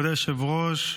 כבוד היושב-ראש,